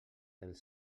els